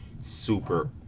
super